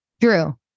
Drew